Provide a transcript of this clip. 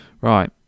Right